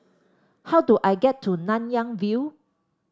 how do I get to Nanyang View